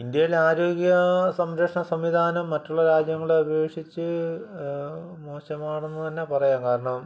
ഇന്ത്യയിലെ ആരോഗ്യ സംരക്ഷണ സംവിധാനം മറ്റുള്ള രാജ്യങ്ങളെ അപേക്ഷിച്ച് മോശമാണെന്ന് തന്നെ പറയാം കാരണം